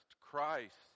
Christ